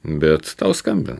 bet tau skambina